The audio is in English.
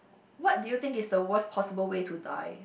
what do you think is the worse possible way to die